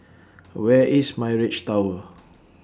Where IS Mirage Tower